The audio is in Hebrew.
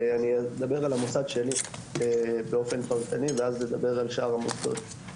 אני אדבר על המוסד שלי באופן פרטני ואז אדבר על שאר המוסדות.